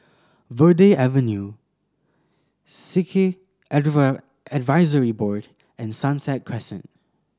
Verde Avenue Sikh Advisory Board and Sunset Crescent